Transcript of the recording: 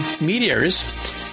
meteors